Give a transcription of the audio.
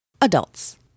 Adults